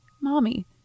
Mommy